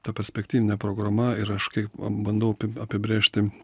ta perspektyvinė programa ir aš kaip bandau api apibrėžti